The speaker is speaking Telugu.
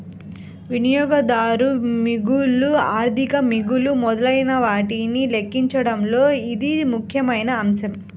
వినియోగదారు మిగులు, ఆర్థిక మిగులు మొదలైనవాటిని లెక్కించడంలో ఇది ముఖ్యమైన అంశం